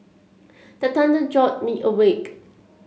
the thunder jolt me awake